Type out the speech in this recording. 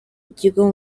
ikigo